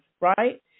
right